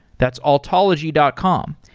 that's altology dot com.